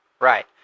Right